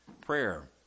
Prayer